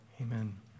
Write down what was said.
amen